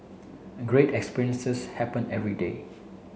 great experiences happen every day